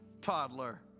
toddler